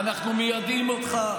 זה יעבור לוועדה,